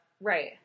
Right